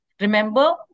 remember